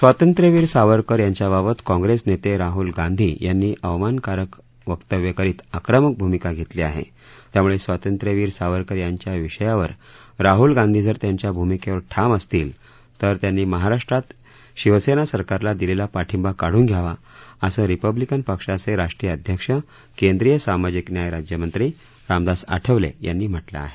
स्वातंत्र्यवीर सावरकर यांच्याबाबत काँग्रेस नेते राहूल गांधी यांनी अवमानकारक वक्तव्य करीत आक्रमक भूमिका घेतली आहे त्यामुळे स्वातंत्र्यवीर सावरकर यांच्या विषयावर राहुल गांधी जर त्यांच्या भूमिकेवर ठाम असतील तर त्यांनी महाराष्ट्रात शिवसेना सरकारला दिलेला पाठिंबा काढून घ्यावा असं रिपब्लिकन पक्षाचे राष्ट्रीय अध्यक्ष केंद्रीय सामाजिक न्याय राज्यमंत्री रामदास आठवले यांनी म्हटलं आहे